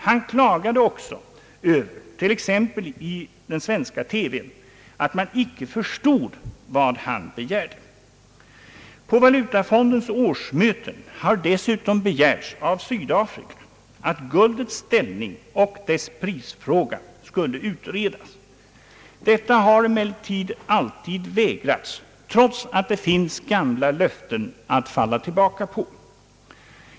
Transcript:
Han klagade också över t.ex. i den svenska TV:n att man icke förstod vad han begärt. På Valutafondens årsmöten har dessutom begärts av Sydafrika att frågan om guldets ställning och dess pris skall utredas. Detta har emellertid alltid vägrats, trots att det finns gamla löften att falla tillbaka på.